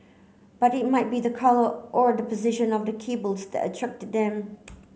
but it might be the colour or the position of the cables that's attracted them